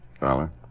Dollar